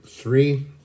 Three